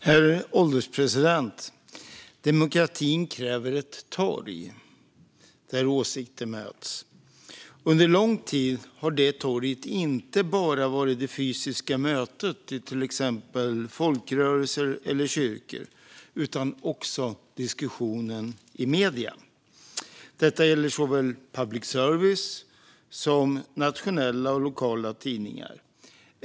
Herr ålderspresident! Demokratin kräver ett torg där åsikter möts. Under lång tid har det torget inte bara varit det fysiska mötet hos till exempel folkrörelser eller i kyrkor utan också diskussionen i medier. Detta gäller såväl public service som nationella och lokala tidningar.